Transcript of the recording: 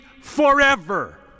forever